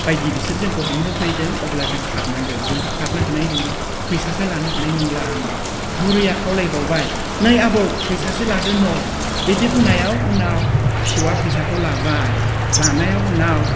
बायदि बिसोर जोंखौ हमनो फैदों अब्ला जों खारनांगोन जोंथ' खारनो हानाय नंला फैसाखौ लानो हानाय नंला आं बुरैया खावलायबावबाय नै आबौ फैसासो लादो न' बिदि बुंनायाव उनाव फिसौआ फैसाखौ लाबाय लानायाव उनाव